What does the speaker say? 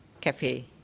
cafe